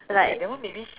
like